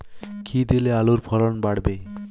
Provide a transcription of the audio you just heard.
কী দিলে আলুর ফলন বাড়বে?